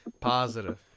Positive